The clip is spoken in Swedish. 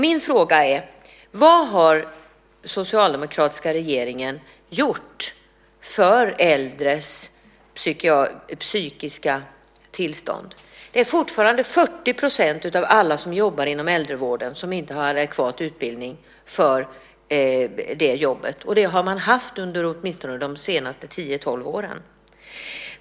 Min fråga är: Vad har den socialdemokratiska regeringen gjort för äldres psykiska tillstånd? Det är fortfarande 40 % av alla som jobbar inom äldrevården som inte har adekvat utbildning för det jobbet. Det har varit så under åtminstone de senaste 10-12 åren.